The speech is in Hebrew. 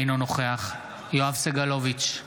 אינו נוכח יואב סגלוביץ'